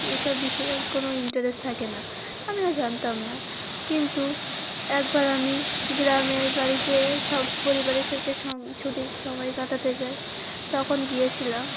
এইসব বিষয়ে কোনো ইন্টারেস্ট থাকে না আমিও জানতাম না কিন্তু একবার আমি গ্রামের বাড়িতে সব পরিবারের সাথে ছুটির সময় কাটাতে যাই তখন গিয়েছিলাম